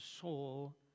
soul